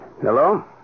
Hello